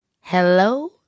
Hello